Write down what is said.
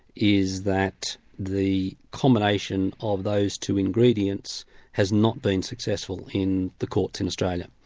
is that the combination of those two ingredients has not been successful in the courts in australia.